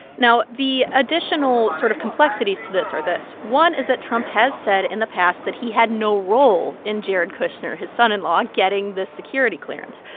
now, the additional sort of complexities to this are this one is that trump has said in the past that he had no role in jared kushner, his son-in-law, getting this security clearance.